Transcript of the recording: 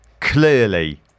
clearly